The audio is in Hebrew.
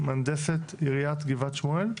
מהנדסת עיריית גבעת שמואל?